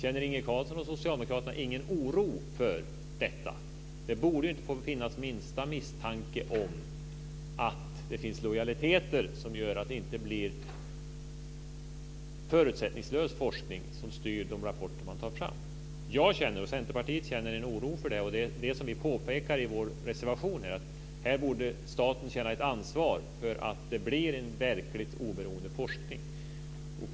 Känner Inge Carlsson och socialdemokraterna ingen oro för detta? Det borde inte få finnas minsta misstanke om att det finns lojaliteter som gör att det inte blir förutsättningslös forskning som styr de rapporter man tar fram. Jag och Centerpartiet känner en oro för det. Det är vad vi påpekar i vår reservation. Här borde staten känna ett ansvar för att det blir en verkligt oberoende forskning.